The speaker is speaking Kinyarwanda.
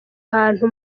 ahantu